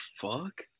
fuck